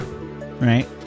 right